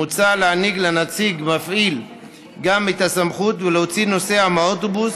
מוצע לתת לנציג מפעיל גם את הסמכות להוציא נוסע מהאוטובוס,